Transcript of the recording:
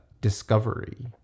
Discovery